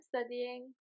studying